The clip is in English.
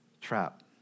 trap